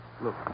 Look